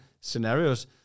scenarios